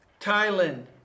Thailand